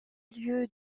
lieu